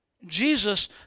Jesus